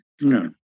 No